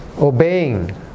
Obeying